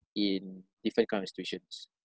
in different kind of situations